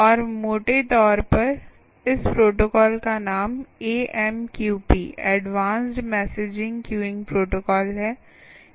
और मोटे तौर पर इस प्रोटोकॉल का नाम AMQP advanced messaging queuing protocol है